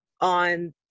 on